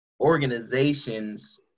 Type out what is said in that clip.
organizations